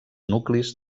nuclis